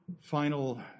final